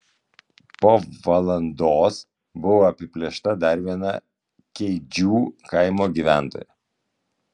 po valandos buvo apiplėšta dar viena keidžių kaimo gyventoja